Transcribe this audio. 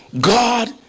God